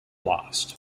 lost